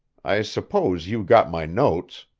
i suppose you got my notes.